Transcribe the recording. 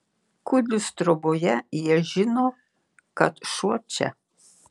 kudlius troboje jie žino kad šuo čia